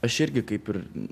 aš irgi kaip ir